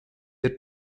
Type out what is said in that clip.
der